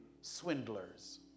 swindlers